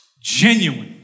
genuine